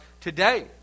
today